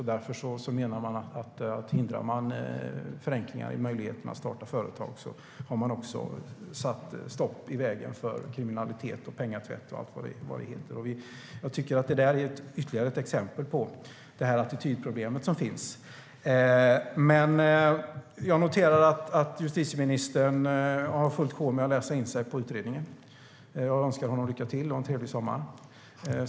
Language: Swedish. Man menar att om man hindrar förenklingar när det gäller möjligheterna att starta företag har man också satt stopp i vägen för kriminalitet, penningtvätt och så vidare. Jag tycker att det är ytterligare ett exempel på det attitydproblem som finns. Men jag noterar att justitieministern har fullt sjå med att läsa in sig på utredningen. Jag önskar honom lycka till och en trevlig sommar.